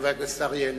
חבר הכנסת אריה אלדד.